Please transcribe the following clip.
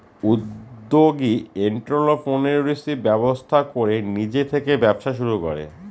উদ্যোগী এন্ট্ররপ্রেনিউরশিপ ব্যবস্থা করে নিজে থেকে ব্যবসা শুরু করে